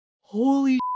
holy